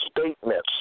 statements